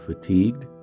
fatigued